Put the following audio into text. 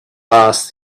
asked